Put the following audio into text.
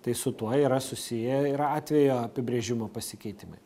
tai su tuo yra susiję ir atvejo apibrėžimo pasikeitimai